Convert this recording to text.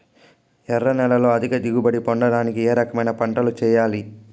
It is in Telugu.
ఎర్ర నేలలో అధిక దిగుబడి పొందడానికి ఏ రకమైన పంటలు చేయాలి?